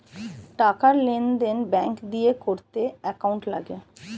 টাকার লেনদেন ব্যাঙ্ক দিয়ে করতে অ্যাকাউন্ট লাগে